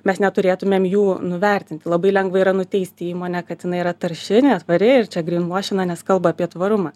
mes neturėtumėm jų nuvertinti labai lengva yra nuteisti įmonę kad jinai yra tarši netvari ir čia grinvuošina nes kalba apie tvarumą